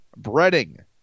breading